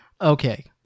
Okay